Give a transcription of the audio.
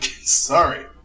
Sorry